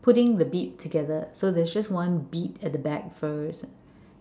putting the beat together so there's just one beat at the back first